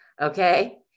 okay